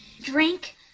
drink